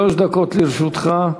שלוש דקות לרשותך.